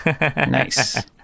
Nice